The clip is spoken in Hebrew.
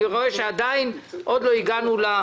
אני רואה שעוד לא הגענו לסוף.